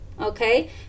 okay